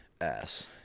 ass